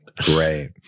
Great